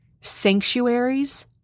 sanctuaries